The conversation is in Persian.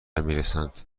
میرسند